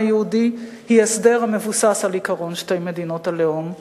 היהודי היא הסדר המבוסס על עקרון שתי מדינות הלאום.